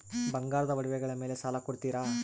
ಬಂಗಾರದ ಒಡವೆಗಳ ಮೇಲೆ ಸಾಲ ಕೊಡುತ್ತೇರಾ?